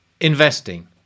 Investing